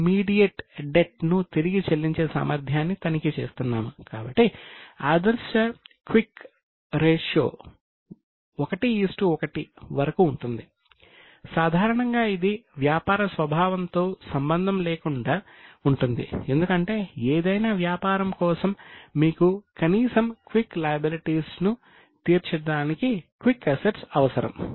ఇప్పుడు quick ratio అవసరం